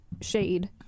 shade